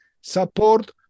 support